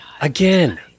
Again